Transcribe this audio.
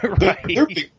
Right